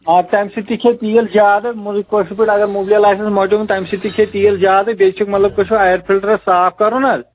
آ تَمہِ سۭتۍ تہِ کھیٚیہِ تیٖل زیادٕ کٲشِر پٲٹھۍ اَگر مُبلیل آسٮ۪س مۄٹیومُت تَمہِ سۭتۍ تہِ کھیٚیہِ تیٖل زیادٕ بیٚیہِ چھِ مطلب کٲشِر پٲٹھۍ اَیَر فِلٹر صاف کَرُن حظ